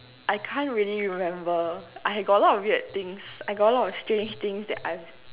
I can't really remember I got a lot of weird things I got a lot of strange things that I've